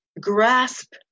grasp